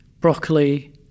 broccoli